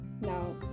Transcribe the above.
Now